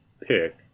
pick